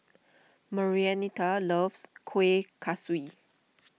Marianita loves Kuih Kaswi